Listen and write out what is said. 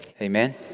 Amen